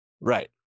right